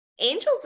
angels